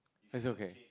that's okay